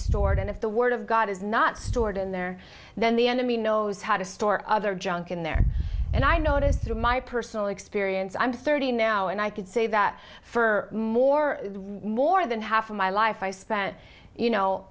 stored and if the word of god is not stored in there then the enemy knows how to store other junk in there and i noticed through my personal experience i'm thirty now and i could say that for more more than half of my life i spent you know